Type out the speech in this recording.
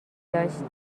داشت